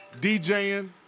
DJing